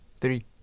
Three